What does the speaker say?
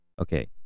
Okay